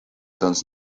tundus